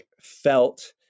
felt